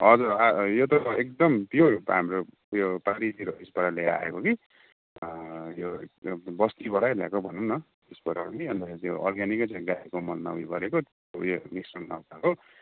हजुर यो त एकदम प्युर हाम्रो उयो पारीतिर उइसबाट लिएर आएको कि यो बस्तीबाटै ल्याएको भनौँ न उसइबाट हो कि अर्ग्यानिकै छ भनौँ न गाईको मलबाट उयो गरेको केही मिश्रण नभएको